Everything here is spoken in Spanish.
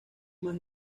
más